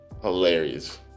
hilarious